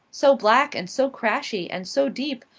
so black, and so crashy, and so deep.